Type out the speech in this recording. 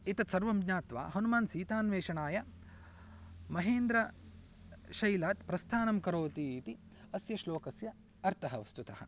एतत् सर्वं ज्ञात्वा हनूमान् सीतान्वेषणाय महेन्द्रशैलात् प्रस्थानं करोति इति अस्य श्लोकस्य अर्थः वस्तुतः